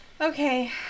Okay